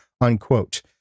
unquote